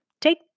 take